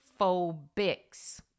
phobics